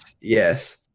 yes